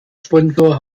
sponsor